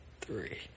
three